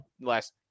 last